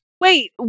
Wait